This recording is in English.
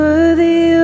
Worthy